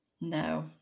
No